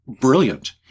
brilliant